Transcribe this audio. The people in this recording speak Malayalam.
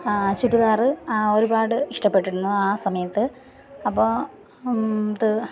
ചുരിദാർ ഒരുപാട് ഇഷ്ടപ്പെട്ടിരുന്നു ആ സമയത്ത് അപ്പോൾ അത്